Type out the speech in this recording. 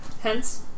hence